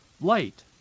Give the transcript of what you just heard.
light